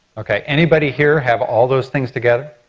ok. anybody here have all those things together?